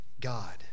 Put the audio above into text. God